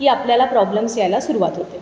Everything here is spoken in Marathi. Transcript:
की आपल्याला प्रॉब्लम्स यायला सुरुवात होते